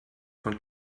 von